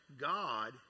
God